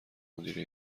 مدیره